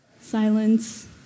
Silence